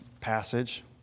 passage